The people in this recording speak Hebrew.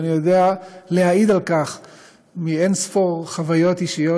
ואני יודע להעיד על כך מאין-ספור חוויות אישיות